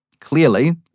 clearly